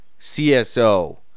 CSO